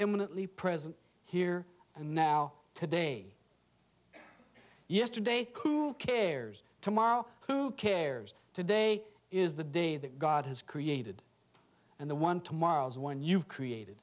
eminently present here and now today yesterday who cares tomorrow who cares today is the day that god has created and the one to miles one you've created